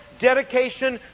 dedication